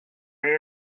afero